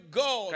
go